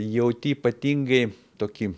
jauti ypatingai tokį